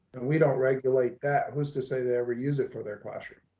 and we don't regulate that. who's to say they ever use it for their classroom,